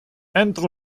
andrew